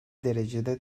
derecede